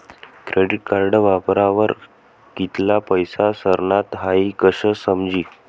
credit card वापरावर कित्ला पैसा सरनात हाई कशं समजी